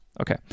Okay